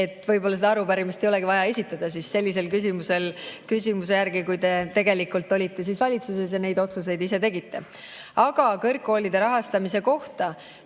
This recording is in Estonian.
Võib-olla seda arupärimist ei olegi vaja esitada sellise küsimusena, kui te tegelikult olite siis valitsuses ja neid otsuseid ise tegite. Aga kõrgkoolide rahastamise kohta.